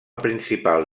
principal